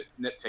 nitpick